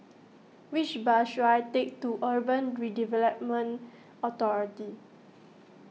which bus should I take to Urban Redevelopment Authority